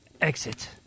exit